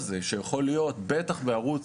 הזה שיכול להיות בערוץ